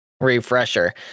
Refresher